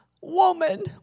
woman